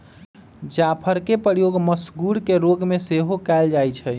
जाफरके प्रयोग मसगुर के रोग में सेहो कयल जाइ छइ